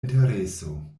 intereso